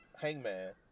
hangman